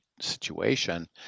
situation